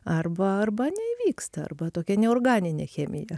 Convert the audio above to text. arba arba neįvyksta arba tokia neorganinė chemija